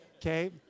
Okay